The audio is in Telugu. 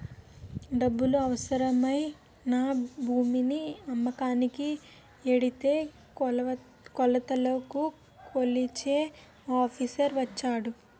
డబ్బులు అవసరమై నా భూమిని అమ్మకానికి ఎడితే కొలతలు కొలిచే ఆఫీసర్ వచ్చాడు